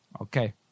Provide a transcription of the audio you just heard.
Okay